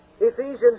Ephesians